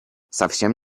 совсем